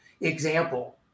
example